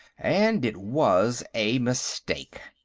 and it was a mistake.